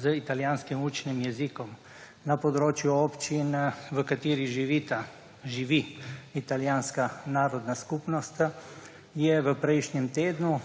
z italijanskim učnim jezikom na območju občin, v katerih živi italijanska narodna skupnost, so v prejšnjem tednu